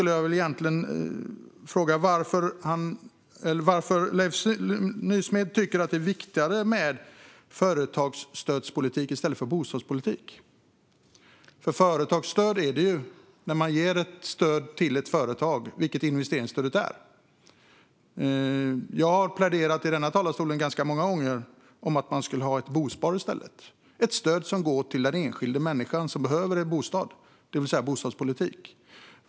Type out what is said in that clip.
Jag vill fråga varför Leif Nysmed tycker att det är viktigare med företagsstödspolitik i stället för bostadspolitik. Företagsstöd är det när man ger ett stöd till ett företag, vilket investeringsstödet är. Jag har i denna talarstol pläderat ganska många gånger för att i stället ha ett bospar. Det är ett stöd som går till den enskilda människan som behöver en bostad, det vill säga bostadspolitik.